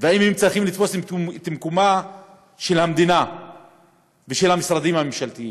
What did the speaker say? ואם הם צריכים לתפוס את מקום המדינה והמשרדים הממשלתיים.